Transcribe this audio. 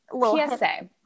PSA